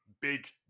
big